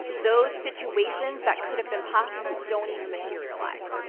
those situations that could've been possible don't even materialize.